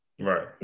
Right